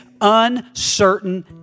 uncertain